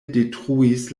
detruis